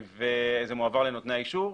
וזה מועבר לנותני האישור.